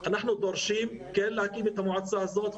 אנחנו דורשים כן להקים את המועצה הזאת.